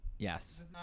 Yes